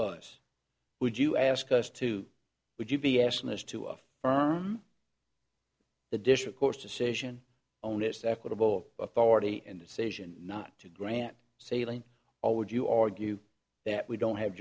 us would you ask us to would you be asking us to of the dish of course decision onus equitable authority and decision not to grant sailing or would you argue that we don't have